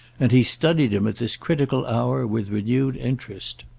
and he studied him at this critical hour with renewed interest.